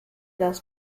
das